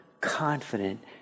confident